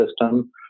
system